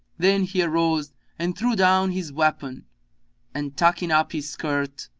then he arose and threw down his weapon and, tucking up his skirt,